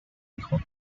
hijo